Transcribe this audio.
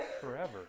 forever